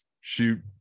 shoot